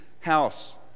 house